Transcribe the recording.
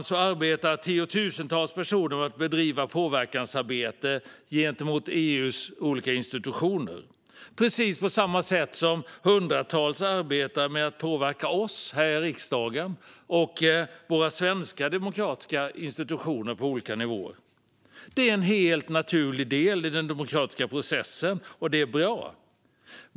I dag arbetar tiotusentals personer med att bedriva påverkansarbete gentemot EU:s olika institutioner, precis på samma sätt som hundratals arbetar med att påverka oss här i riksdagen och våra svenska demokratiska institutioner på olika nivåer. Det är en naturlig del i den demokratiska processen, och det är bra.